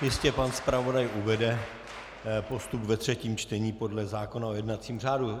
Jistě pan zpravodaj uvede postup ve třetím čtení podle zákona o jednacím řádu.